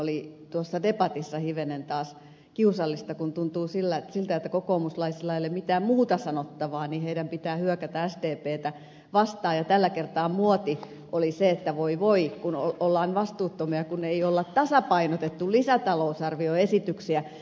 tuossa debatissa oli taas hivenen kiusallista ja tuntui siltä että kun kokoomuslaisilla ei ole mitään muuta sanottavaa heidän pitää hyökätä sdptä vastaan ja tällä kertaa muoti oli se että voi voi kun ollaan vastuuttomia kun ei ole tasapainotettu lisätalousarvioesityksiä